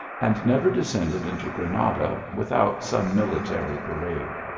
and never descended into granada without some mili tary parade.